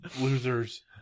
losers